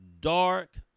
dark